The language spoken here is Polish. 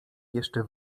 jeszcze